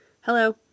Hello